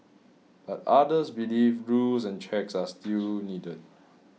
but others believe rules and checks are still needed